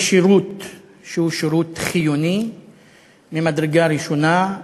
זה שירות חיוני ממדרגה ראשונה,